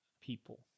people